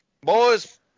boys –